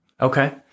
Okay